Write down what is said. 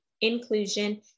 inclusion